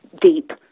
deep